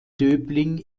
döbling